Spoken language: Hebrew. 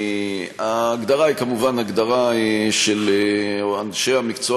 ההגדרה היא כמובן הגדרה של אנשי המקצוע